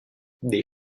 des